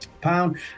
pound